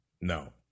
No